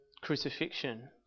crucifixion